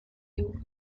you